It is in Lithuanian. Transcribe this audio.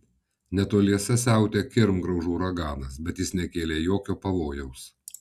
netoliese siautė kirmgraužų uraganas bet jis nekėlė jokio pavojaus